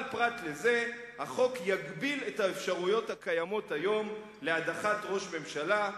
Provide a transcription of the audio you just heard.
אבל פרט לזה החוק "יגביל את האפשרויות הקיימות היום להדחת ראש ממשלה,